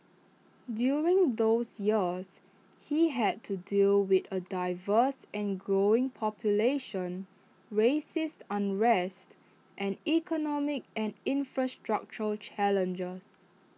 during those years he had to deal with A diverse and growing population races unrest and economic and infrastructural challenges